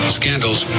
scandals